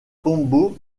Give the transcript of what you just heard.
tombeau